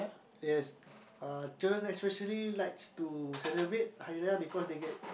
yes uh children especially likes to celebrate Hari-Raya because they get